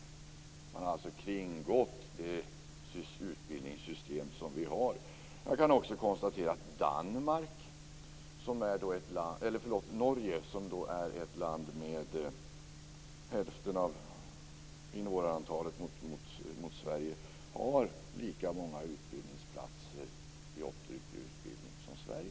Man har alltså kringgått det utbildningssystem som vi har. Jag kan också konstatera att Norge, som är ett land med hälften av invånare mot Sverige, har lika många utbildningsplatser i optikerutbildning som Sverige.